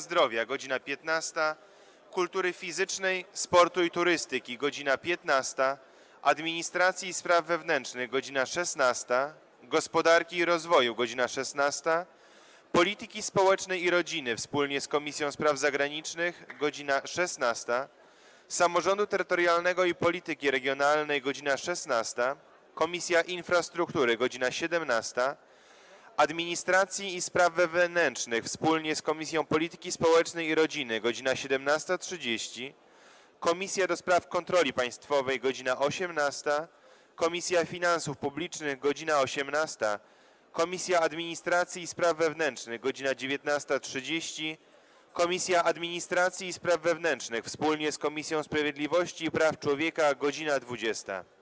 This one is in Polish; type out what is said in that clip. Zdrowia - godz. 15, - Kultury Fizycznej, Sportu i Turystyki - godz. 15, - Administracji i Spraw Wewnętrznych - godz. 16, - Gospodarki i Rozwoju - godz. 16, - Polityki Społecznej i Rodziny wspólnie z Komisją Spraw Zagranicznych - godz. 16, - Samorządu Terytorialnego i Polityki Regionalnej - godz. 16, - Infrastruktury - godz. 17, - Administracji i Spraw Wewnętrznych wspólnie z Komisją Polityki Społecznej i Rodziny - godz. 17.30, - do Spraw Kontroli Państwowej - godz. 18, - Finansów Publicznych - godz. 18, - Administracji i Spraw Wewnętrznych - godz. 19.30, - Administracji i Spraw Wewnętrznych wspólnie z Komisją Sprawiedliwości i Praw Człowieka - godz. 20.